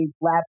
lap